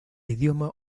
idioma